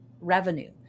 revenue